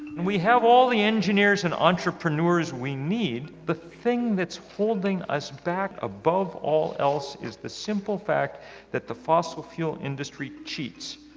and we have all the engineers and entrepreneurs we need. the thing that's hold us back above all else is the simple fact that the fossil fuel industry cheats.